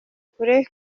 kure